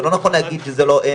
אז זה לא נכון להגיד שזה לא,